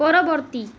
ପରବର୍ତ୍ତୀ